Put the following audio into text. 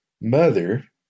mother